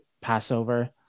Passover